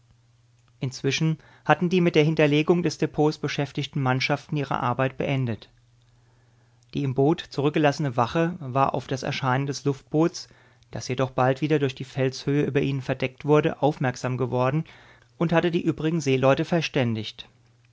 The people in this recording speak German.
inzwischen hatten die mit der hinterlegung des depots beschäftigten mannschaften ihre arbeit beendet die im boot zurückgelassene wache war auf das erscheinen des luftboots das jedoch bald wieder durch die felshöhe über ihnen verdeckt wurde aufmerksam geworden und hatte die übrigen seeleute verständigt